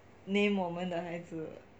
name 我们的孩子